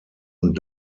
und